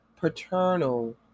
paternal